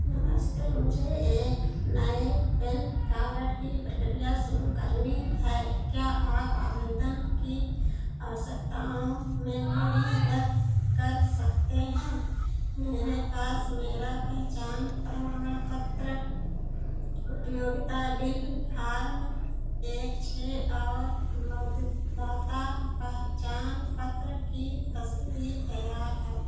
नमस्ते मुझे एक नए पैन कार्ड की प्रक्रिया शुरू करनी है क्या आप आवेदन की आवश्यकताओं में मेरी मदद कर सकते हैं मेरे पास मेरा पहचान प्रमाणपत्र उपयोगिता बिल फार्म एक छह और मतदाता पहचान पत्र की तस्वीर तैयार है